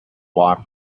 law